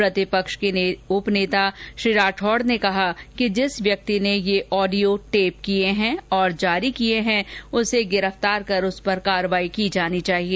प्रतिपक्ष के उपनेता श्री राठौड़ ने कहा कि जिस व्यक्ति ने ये आडियो टेप किए हैं और जारी किए हैं उसे गिरफतार कर उसपर कार्यवाही की जानी चाहिए